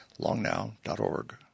longnow.org